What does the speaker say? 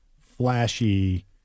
flashy